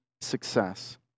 success